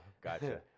Gotcha